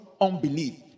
unbelief